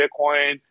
Bitcoin